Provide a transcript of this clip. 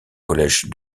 collège